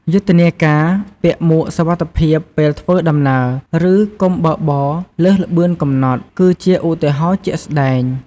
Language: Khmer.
យុទ្ធនាការ "ពាក់មួកសុវត្ថិភាពពេលធ្វើដំណើរ" ឬ "កុំបើកបរលើសល្បឿនកំណត់" គឺជាឧទាហរណ៍ជាក់ស្តែង។